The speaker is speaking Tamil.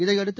இதையடுத்து